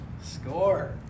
score